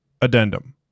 Addendum